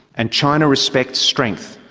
and china respects strength,